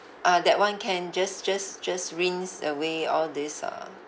ah that [one] can just just just rinse away all these uh